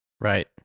Right